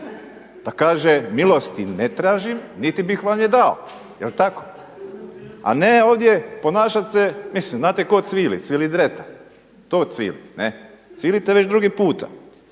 da kaže milosti ne tražim niti bih vam je dao. Je li tako? A ne ovdje ponašati se, mislim znate tko cvili, cvilidreta, to cvili. Cvilite već drugi puta.